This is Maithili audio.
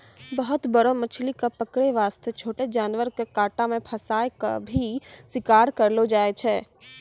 बहुत बड़ो मछली कॅ पकड़ै वास्तॅ छोटो जानवर के कांटा मॅ फंसाय क भी शिकार करलो जाय छै